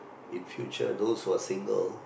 in future those who are single